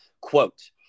Quote